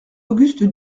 auguste